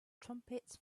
trumpets